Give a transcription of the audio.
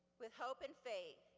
with hope and faith,